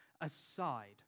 aside